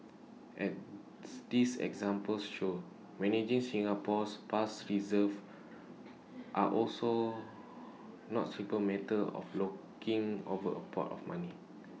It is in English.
as these examples show managing Singapore's past reserve are also not simply matter of looking over A pot of money